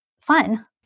fun